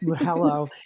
Hello